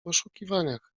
poszukiwaniach